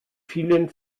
vielen